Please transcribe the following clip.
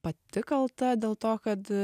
pati kalta dėl to kad